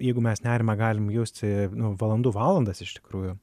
jeigu mes nerimą galim jausti nu valandų valandas iš tikrųjų